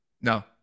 No